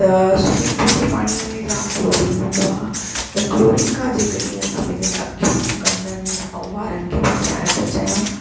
त swimming pool जे पाणीअ में जाम क्लोरीन हूंदो आहे त क्लोरीन खां जे कॾहिं असां पंहिंजी अखियुनि कननि ऐं वारनि खे बचाइण था चाहियूं